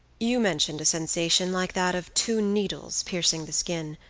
you mentioned a sensation like that of two needles piercing the skin,